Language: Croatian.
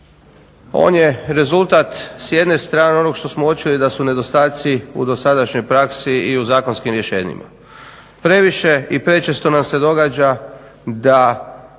on je rezultat s jedne strane onog što smo uočili da su nedostaci u dosadašnjoj praksi i u zakonskim rješenjima. Previše i prečesto nam se događa da